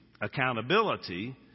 accountability